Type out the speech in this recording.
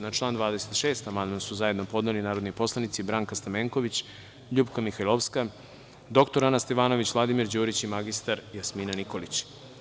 Na član 26. amandman su zajedno podneli narodni poslanici Branka Stamenković, LJupka Mihajlovska, dr Ana Stevanović, Vladimir Đurić i mr Jasmina Nikolić.